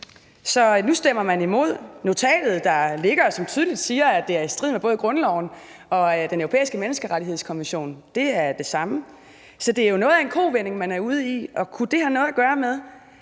Så nu stemmer man imod notatet, der ligger, og som tydeligt siger, at det er i strid med både grundloven og den europæiske menneskerettighedskonvention. Det er det samme. Så det er jo noget af en kovending, man er ude i. Kunne det have noget at gøre med,